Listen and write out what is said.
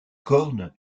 cornes